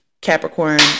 capricorn